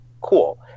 cool